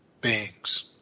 beings